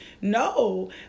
no